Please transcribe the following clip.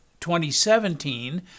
2017